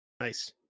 Nice